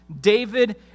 David